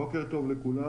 בוקר טוב לכולם,